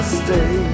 stay